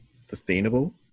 sustainable